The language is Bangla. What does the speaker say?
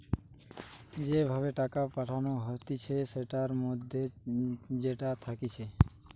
যে ভাবে টাকা পাঠানো হতিছে সেটার মাধ্যম যেটা থাকতিছে